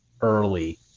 early